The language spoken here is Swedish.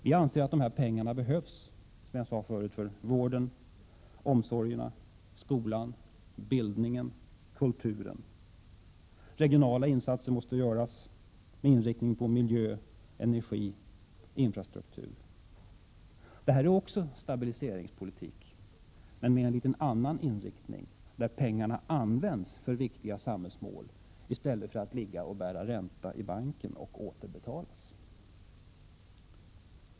Vi anser att dessa pengar behövs — som jag sade förut — för vården, omsorgerna, skolan, bildningen, kulturen. Regionala insatser måste göras med inriktning på miljö-, energioch infrastruktur. Det här är också stabiliseringspolitik, men med en något annorlunda inriktning. Här används ju pengarna för viktiga samhällsmål i stället för att ligga och bära ränta i banken samt återbetalas.